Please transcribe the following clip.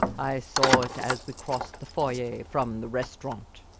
i saw it as we crossed the foyer from the restaurant.